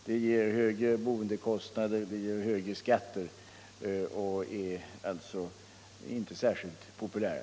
De ger högre boendekostnader och högre skatter och är alltså inte särskilt populära.